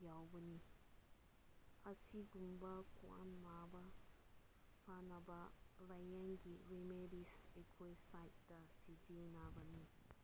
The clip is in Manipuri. ꯌꯥꯎꯕꯅꯤ ꯑꯁꯤꯒꯨꯝꯕ ꯈ꯭ꯋꯥꯡ ꯅꯥꯕ ꯐꯅꯕ ꯂꯥꯏꯌꯦꯡꯒꯤ ꯔꯤꯃꯦꯗꯤꯁ ꯑꯩꯈꯣꯏ ꯁꯥꯏꯠꯇ ꯁꯤꯖꯤꯟꯅꯕꯅꯤ